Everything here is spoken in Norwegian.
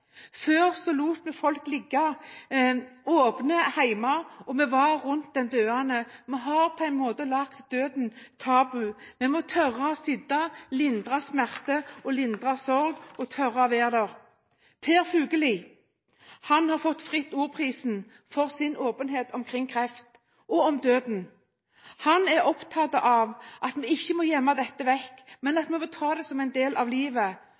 Før lot vi folk ligge åpent hjemme, og vi var rundt den døende. Vi har på en måte gjort døden tabu. Vi må tørre å sitte der, lindre smerte og lindre sorg, og tørre å være der. Per Fugelli har fått Fritt Ords Pris for sin åpenhet om kreft og om døden. Han er opptatt av at vi ikke må gjemme dette vekk, men at vi må ta det som en del av livet.